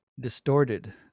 distorted